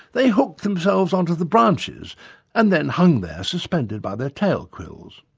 they hooked themselves onto the branches and then hung there suspended by their tail quills.